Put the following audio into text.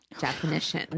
definition